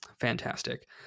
fantastic